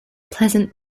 pleasant